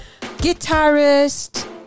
guitarist